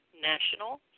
National